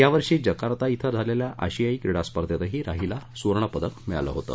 यावर्षी जकार्ता श्रे झालेल्या अशियाई क्रीडा स्पर्धेतही राहीला सुवर्णपदक मिळालं होतं